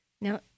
Now